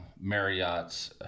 Marriott's